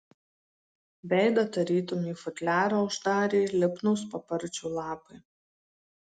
veidą tarytum į futliarą uždarė lipnūs paparčių lapai